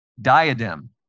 diadem